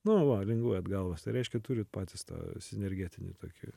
na va linguojat galvas tai reiškia turit patys tą energetinį tokį